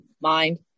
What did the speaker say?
mind